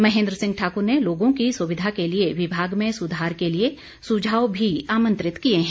महेन्द्र सिंह ठाकुर ने लोगों की सुविधा के लिए विभाग में सुधार के लिए सुझाव भी आमंत्रित किए हैं